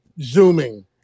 Zooming